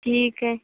ٹھیک ہے